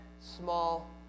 small